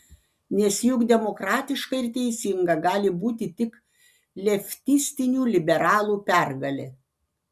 nes juk demokratiška ir teisinga gali būti tik leftistinių liberalų pergalė